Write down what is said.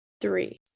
Three